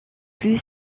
plus